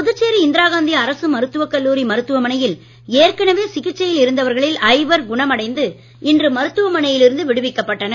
புதுச்சேரி இந்திரா காந்தி அரசு மருத்துவக்கல்லூரி மருத்துவமனையில் ஏற்கனவே சிகிச்சையில் இருந்தவர்களில் ஐவர் குணம் அடைந்து இன்று மருத்துவமனையில் இருந்து விடுவிக்கப் பட்டனர்